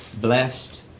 blessed